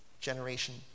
generation